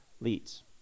leads